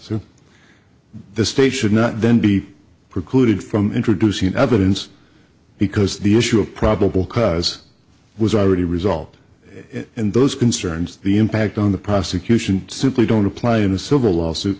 r the state should not then be precluded from introducing evidence because the issue of probable cause was already resolved and those concerns the impact on the prosecution simply don't apply in a civil lawsuit